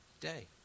day